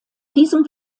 diesem